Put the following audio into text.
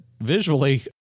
visually